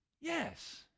Yes